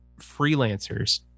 freelancers